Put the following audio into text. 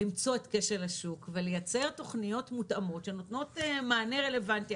למצוא את כשל השוק ולייצר תוכניות מותאמות שנותנות מענה רלוונטי.